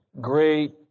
great